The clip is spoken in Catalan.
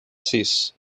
sis